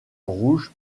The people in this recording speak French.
rouge